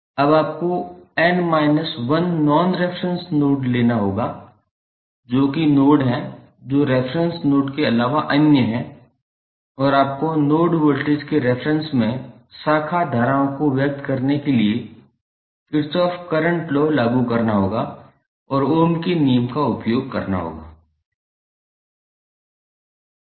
अब आपको n 1 non reference node लेना होगा जो कि नोड हैं जो रेफेरेंस नोड के अलावा अन्य हैं और आपको नोड वोल्टेज के रेफेरेंस में शाखा धाराओं को व्यक्त करने के लिए किरचॉफ करेंट लॉ लागू करना होगा और ओम के नियम का उपयोग करना होगा